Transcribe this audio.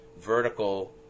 vertical